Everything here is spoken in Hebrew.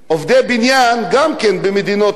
עובדים בין 30 ל-40 שנה.